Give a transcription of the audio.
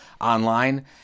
online